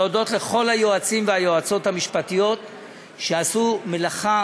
להודות לכל היועצים המשפטיים והיועצות המשפטיות שעשו מלאכה